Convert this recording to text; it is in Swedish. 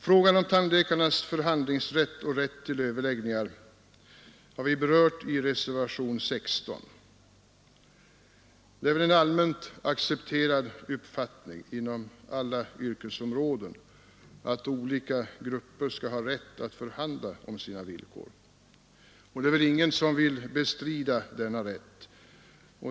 Frågan om tandläkarnas förhandlingsrätt och rätt till överläggningar har vi berört i reservationen XVI. Det är en allmänt accepterad uppfattning inom alla yrkesområden att olika grupper skall ha rätt att förhandla om sina villkor. Ingen vill väl bestrida denna rätt.